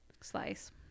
slice